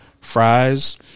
Fries